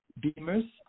Beamers